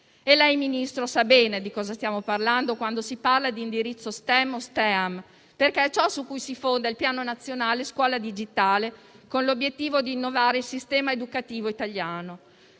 Ministro, lei sa bene di cosa stiamo parlando quando si parla di indirizzo STEM o STEAM, perché è ciò su cui si fonda il Piano nazionale scuola digitale, con l'obiettivo di innovare il sistema educativo italiano.